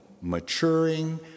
maturing